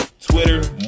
Twitter